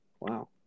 Wow